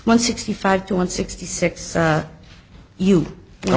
one sixty five to one sixty six you know